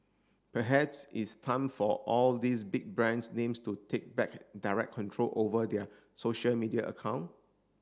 perhaps it's time for all these big brands names to take back direct control over their social media account